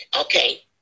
Okay